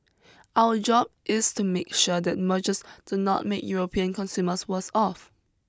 our job is to make sure that mergers do not make European consumers worse off